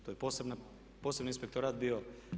To je posebni inspektorat bio.